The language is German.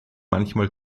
manchmal